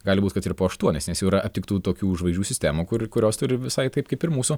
gali būt kad ir po aštuonis nes jau yra aptiktų tokių žvaigždžių sistemų kur kurios turi visai taip kaip ir mūsų